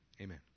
Amen